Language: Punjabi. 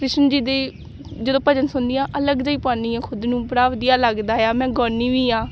ਕ੍ਰਿਸ਼ਨ ਜੀ ਦੀ ਜਦੋਂ ਭਜਨ ਸੁਣਦੀ ਹਾਂ ਅਲੱਗ ਜਿਹੀ ਪਾਉਂਦੀ ਹਾਂ ਖੁਦ ਨੂੰ ਬੜਾ ਵਧੀਆ ਲੱਗਦਾ ਆ ਮੈਂ ਗਾਉਂਦੀ ਵੀ ਹਾਂ